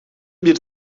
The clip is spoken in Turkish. bir